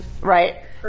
right